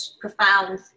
profound